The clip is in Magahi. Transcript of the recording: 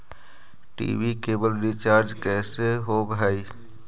टी.वी केवल रिचार्ज कैसे होब हइ?